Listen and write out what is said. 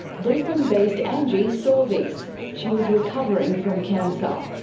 brisbane based angie saw this. she was recovering from cancer. um